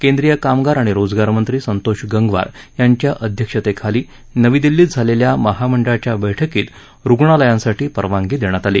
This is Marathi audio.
केन्द्रीयकामगार णि रोजगारमंत्री संतोष गंगवार यांच्या अध्यक्षतेखाली नवी दिल्लीत झालेल्या महामंडळाच्या बैठकीत रुग्णालयांसाठी परवानगी देण्यात ली